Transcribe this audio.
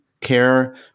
care